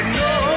no